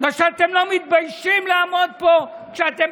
בגלל שאתם לא מתביישים לעמוד פה כשאתם